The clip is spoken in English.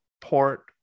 port